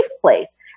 place